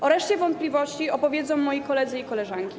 O reszcie wątpliwości opowiedzą moi koledzy i koleżanki.